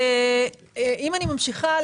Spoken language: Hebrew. אני ממשיכה.